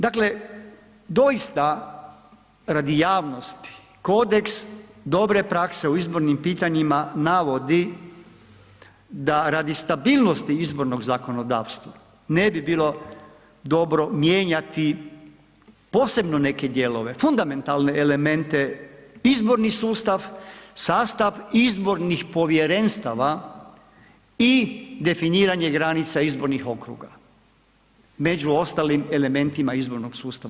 Dakle doista radi javnosti, kodeks dobre prakse u izbornim pitanjima navodi da radi stabilnosti izbornog zakonodavstva ne bi bilo dobro mijenjati posebno neke dijele, fundamentalne elemente izborni sustav, sastava izbornih povjerenstava i definiranje granica izbornih okruga među ostalim elementima izbornog sustava.